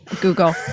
Google